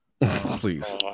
Please